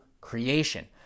creation